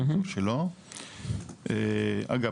אגב,